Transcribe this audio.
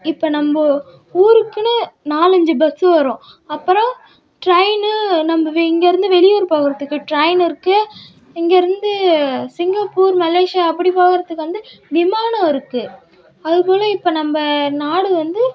இப்போ நம்ம ஊருக்குன்னு நாலு அஞ்சு பஸ்ஸு வரும் அப்புறம் ட்ரெயினு நம்ம இங்கேருந்து வெளியூர் போகிறதுக்கு ட்ரெயின் இருக்குது இங்கேருந்து சிங்கப்பூர் மலேசியா அப்படி போகிறதுக்கு வந்து விமானம் இருக்குது அதுப்போல் இப்போ நம்ம நாடு வந்து